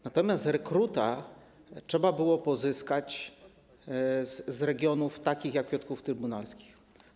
Natomiast rekrutów trzeba było pozyskać z regionów takich jak Piotrków Trybunalski.